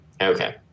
Okay